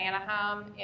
Anaheim